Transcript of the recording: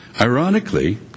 Ironically